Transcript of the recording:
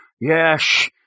yes